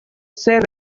ser